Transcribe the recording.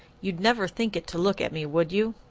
you'd never think it to look at me, would you?